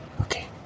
Okay